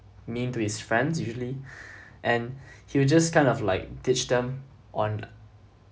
mean to his friends usually and he will just kind of like ditch them on